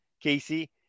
Casey